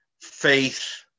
faith